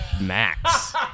max